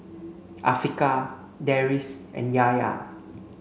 Afiqah Deris and Yahya